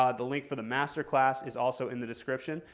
um the link for the master class is also in the description.